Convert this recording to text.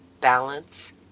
balance